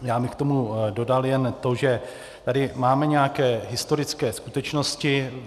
Já bych k tomu dodal jen to, že tady máme nějaké historické skutečnosti.